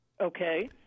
okay